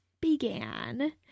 began